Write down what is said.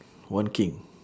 one king